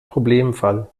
problemfall